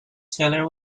taylor